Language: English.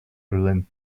berlin